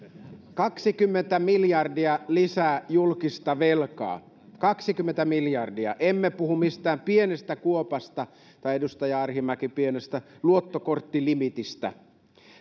kaksikymmentä miljardia lisää julkista velkaa kaksikymmentä miljardia emme puhu mistään pienestä kuopasta tai edustaja arhinmäki pienestä luottokorttilimiitistä